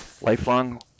lifelong